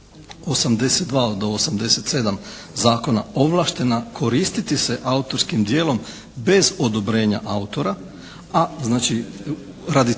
82. do 87. zakona ovlaštena koristiti se autorskim djelom bez odobrenja autora, a znači, radi